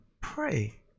pray